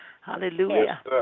Hallelujah